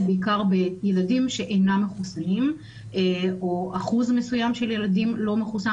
בעיקר בילדים שאינם מחוסנים או אחוז מסוים של ילדים לא מחוסן,